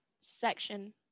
section